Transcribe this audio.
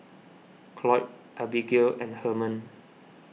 Cloyd Abigale and Herman